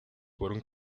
fueron